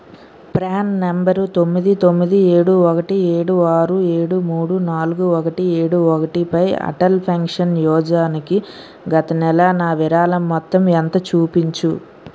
PRAN number తొమ్మిది తొమ్మిది ఏడు ఒకటి ఏడు ఆరు ఏడు మూడు నాలుగు ఒకటి ఏడు ఒకటిపై అటల్ పెన్షన్ యోజనాకి గత నెల నా విరాళం మొత్తం ఎంతో చూపించుము